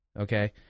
okay